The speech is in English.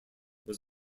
was